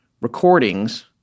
recordings